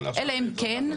אלא אם כן?